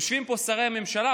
יושבים פה שרי הממשלה,